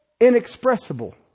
inexpressible